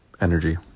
energy